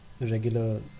regular